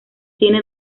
tiene